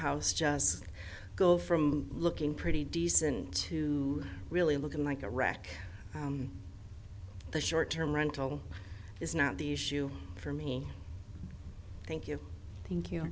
house just go from looking pretty decent to really looking like a wreck the short term rental is not the issue for me thank you thank you